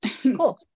Cool